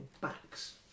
Backs